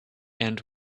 and